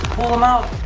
pull them out!